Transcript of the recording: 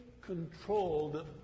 controlled